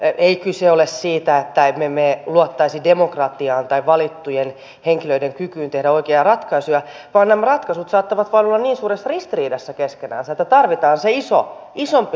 ei kyse ole siitä että me emme luottaisi demokratiaan tai valittujen henkilöiden kykyyn tehdä oikeita ratkaisuja vaan nämä ratkaisut saattavat vain olla niin suuressa ristiriidassa keskenänsä että tarvitaan se isompi katsantokanta siihen